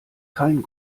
kein